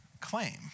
claim